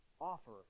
offer